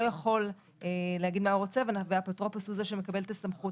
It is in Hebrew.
לא יכול להגיד מה הוא רוצה והאפוטרופוס הוא זה שמקבל את הסמכות,